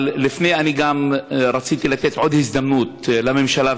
אבל אני גם רציתי לתת עוד הזדמנות לממשלה,